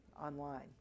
online